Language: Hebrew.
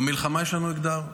במלחמה יש לנו אתגר.